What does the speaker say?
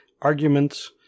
arguments